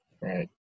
Right